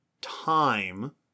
time